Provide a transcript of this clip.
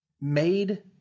made